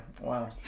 Wow